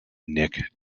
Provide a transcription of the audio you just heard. nick